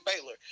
Baylor